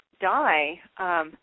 die